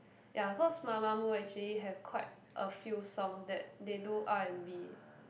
ya cause Mamamoo actually have quite a few songs that they do R and B